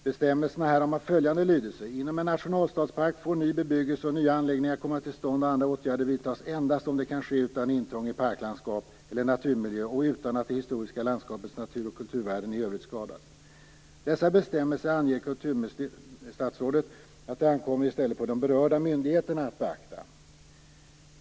Bestämmelserna härom har följande lydelse: Inom en nationalstadspark får ny bebyggelse och nya anläggningar komma till stånd och andra åtgärder vidtas endast om det kan ske utan intrång i parklandskap eller naturmiljö och utan att det historiska landskapets natur och kulturvärden i övrigt skadas. Dessa bestämmelser anger statsrådet att det i stället ankommer på de berörda myndigheterna att beakta.